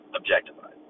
objectified